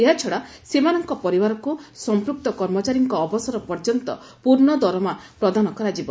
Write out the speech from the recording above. ଏହାଛଡ଼ା ସେମାନଙ୍କ ପରିବାରକୁ ସମ୍ମକ୍ତ କର୍ମଚାରୀଙ୍କ ଅବସର ପର୍ଯ୍ୟନ୍ତ ପ୍ରର୍ଶ ଦରମା ପ୍ରଦାନ କରାଯିବ